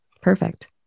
Perfect